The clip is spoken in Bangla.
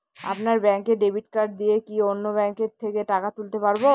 আপনার ব্যাংকের ডেবিট কার্ড দিয়ে কি অন্য ব্যাংকের থেকে টাকা তুলতে পারবো?